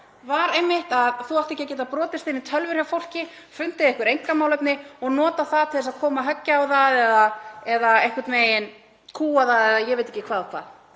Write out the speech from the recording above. var einmitt að þú átt ekki að geta brotist inn í tölvur hjá fólki, fundið einhver einkamálefni og notað það til að koma höggi á það eða einhvern veginn kúga það eða ég veit ekki hvað og hvað.